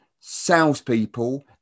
salespeople